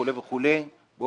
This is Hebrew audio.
וכולי, וכולי.